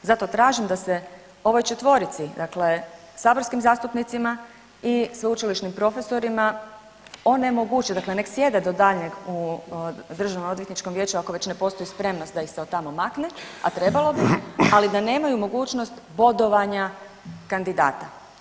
Zato tražim da se ovoj četvorici, dakle saborskim zastupnicima i sveučilišnim profesorima onemogući, dakle nek sjede do daljnjeg u Državnoodvjetničkom vijeću ako već ne postoji spremnost da ih se od tamo makne, a trebalo bi, ali da nemaju mogućnost bodovanja kandidata.